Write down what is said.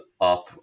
up